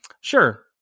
sure